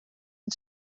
and